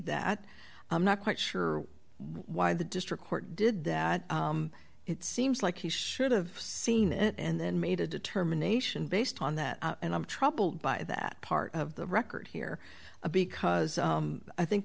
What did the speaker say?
that i'm not quite sure why the district court did that it seems like he should've seen it and then made a determination based on that and i'm troubled by that part of the record here because i think